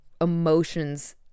emotions